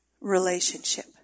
relationship